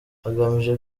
agamije